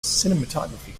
cinematography